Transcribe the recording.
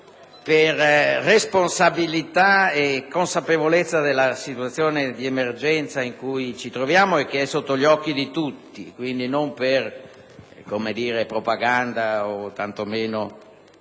per responsabilità e nella consapevolezza della situazione di emergenza in cui ci troviamo, che è sotto gli occhi di tutti, non per propaganda o tanto meno